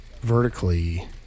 vertically